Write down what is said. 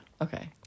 Okay